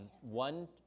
One